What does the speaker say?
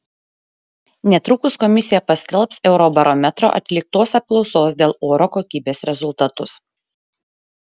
netrukus komisija paskelbs eurobarometro atliktos apklausos dėl oro kokybės rezultatus